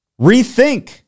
Rethink